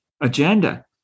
agenda